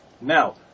Now